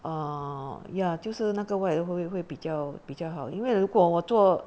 err 呀就是那个 what what 会会会比较比较好因为如果我坐